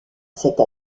cette